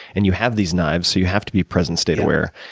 and you have these knives, so you have to be present state aware,